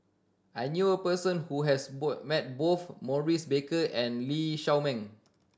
I knew a person who has met both Maurice Baker and Lee Shao Meng